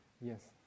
Yes